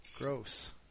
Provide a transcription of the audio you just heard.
Gross